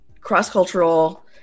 cross-cultural